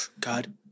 god